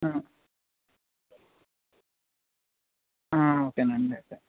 ఓకేనండి అయితే